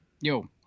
Yo